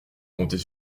compter